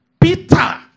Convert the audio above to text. Peter